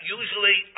usually